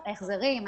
החזרים,